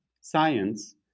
science